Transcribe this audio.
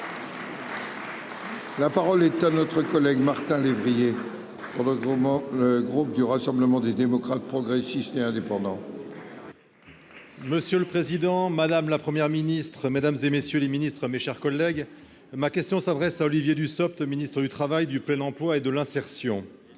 La parole est à notre collègue Martin lévrier pendant ce moment gros. Qui au Rassemblement des démocrates progressistes et des. Non, non. Monsieur le président, madame la première ministre, mesdames et messieurs les ministres, mes chers collègues, ma question s'adresse à Olivier Dussopt Ministre du Travail du plein emploi et de l'insertion,